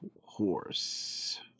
horse